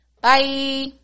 Bye